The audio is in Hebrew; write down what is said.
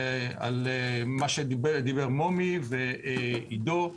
על מה שדיברו מומי ועידו.